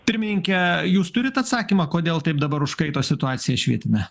pirmininke jūs turit atsakymą kodėl taip dabar užkaito situacija švietime